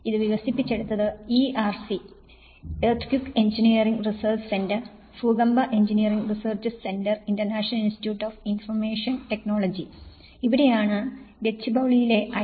ഇത് വികസിപ്പിച്ചെടുത്തത് ERC ഭൂകമ്പ engineering research centre international institute of information technology ഇവിടെയാണ് ഗച്ചിബൌളിയിലെ ഐ